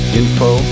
info